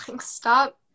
stop